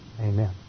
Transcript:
Amen